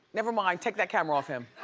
nevermind, take that camera off him.